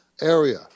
area